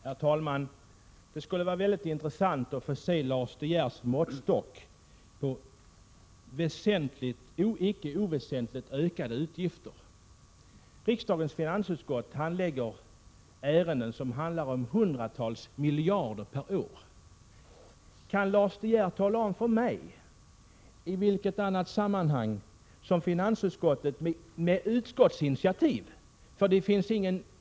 Herr talman! Det skulle vara mycket intressant att få se Lars De Geers måttstock när det gäller icke oväsentligt ökade utgifter. Riksdagens finansutskott handlägger ärenden där det handlar om hundratals miljarder per år. Kan Lars De Geer tala om för mig i vilket annat sammanhang som finansutskottet, på utskottets initiativ, har gjort besparingar?